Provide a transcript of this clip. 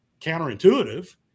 counterintuitive